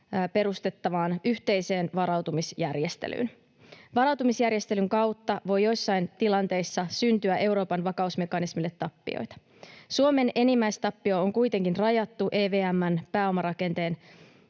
perustettavaan yhteiseen varautumisjärjestelyyn. Varautumisjärjestelyn kautta voi joissain tilanteissa syntyä Euroopan vakausmekanismille tappioita. Suomen enimmäistappio on kuitenkin rajattu EVM:n pääomarakenteen